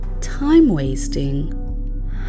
time-wasting